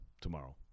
tomorrow